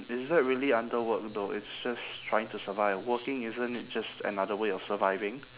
is that really under work though it's just trying to survive working isn't it just another way of surviving